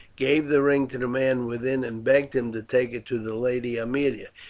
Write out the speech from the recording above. gave the ring to the man within and begged him to take it to the lady aemilia.